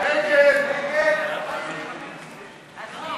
ההסתייגויות לסעיף 12,